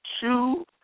two